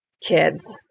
kids